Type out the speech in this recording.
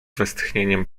westchnieniem